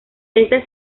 esta